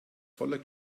voller